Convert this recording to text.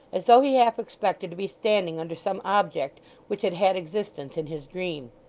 as though he half expected to be standing under some object which had had existence in his dream.